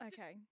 Okay